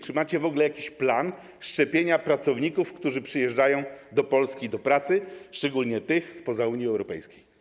Czy macie w ogóle jakiś plan szczepienia pracowników, którzy przyjeżdżają do Polski do pracy, szczególnie tych spoza Unii Europejskiej?